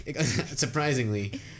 Surprisingly